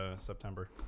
September